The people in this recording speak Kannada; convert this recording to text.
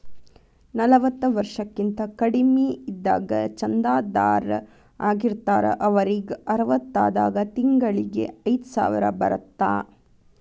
ನಲವತ್ತ ವರ್ಷಕ್ಕಿಂತ ಕಡಿಮಿ ಇದ್ದಾಗ ಚಂದಾದಾರ್ ಆಗಿರ್ತಾರ ಅವರಿಗ್ ಅರವತ್ತಾದಾಗ ತಿಂಗಳಿಗಿ ಐದ್ಸಾವಿರ ಬರತ್ತಾ